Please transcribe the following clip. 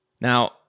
Now